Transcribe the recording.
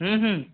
হুম হুম